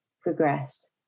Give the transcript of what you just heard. progressed